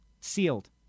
sealed